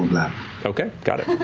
matt okay, got it.